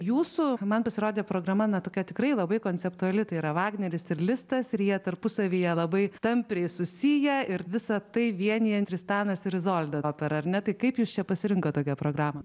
jūsų man pasirodė programa na tokia tikrai labai konceptuali tai yra vagneris ir listas ir jie tarpusavyje labai tampriai susiję ir visa tai vienija tristanas ir izolda opera ar ne tai kaip jūs čia pasirinkot tokią programą